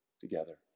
together